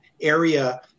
area